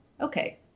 okay